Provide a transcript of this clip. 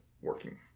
working